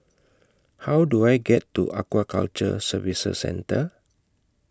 How Do I get to Aquaculture Services Centre